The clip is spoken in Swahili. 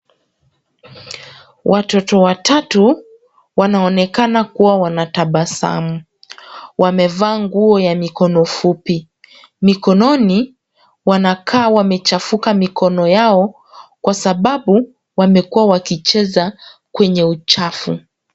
Watoto watatu wanaonekana kuwa wanatabasamu. Wamevaa nguo ya mikono fupi. Mikononi wanakaa wamechafuka mikono yao kwa sababu wamekuwa wakicheza kwenye uchafu.